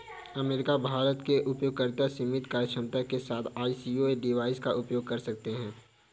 America, Bharat के उपयोगकर्ता सीमित कार्यक्षमता के साथ आई.ओ.एस डिवाइस का उपयोग कर सकते हैं